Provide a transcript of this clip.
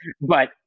but-